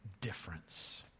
difference